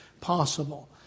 possible